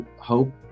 hope